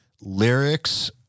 lyrics